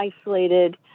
isolated